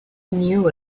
knew